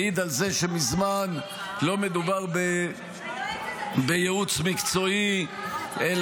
מעיד על זה שמזמן לא מדובר בייעוץ מקצועי -- כמו שאתם על פלדשטיין.